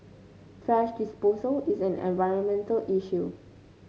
thrash disposal is an environmental issue